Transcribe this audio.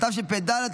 התשפ"ד 2024,